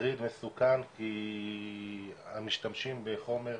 מטריד ומסוכן, כי הם משתמשים בחומר,